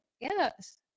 Yes